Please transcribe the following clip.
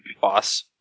boss